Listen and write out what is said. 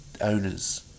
owners